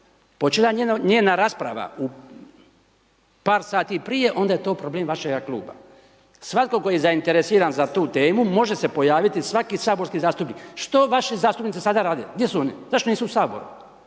počela njena rasprava u par sati prije, onda je to problem vašega kluba. Svatko tko je zainteresiran za tu temu, može se pojaviti svaki saborski zastupnik, što vaši saborski zastupnici sada rade, gdje su oni zašto nisu u Saboru?